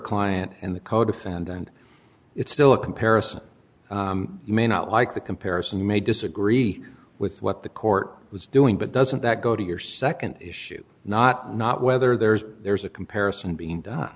client and the codefendant it's still a comparison you may not like the comparison may disagree with what the court was doing but doesn't that go to your nd issue not not whether there's there's a comparison being